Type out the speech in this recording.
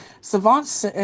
Savant